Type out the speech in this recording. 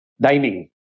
dining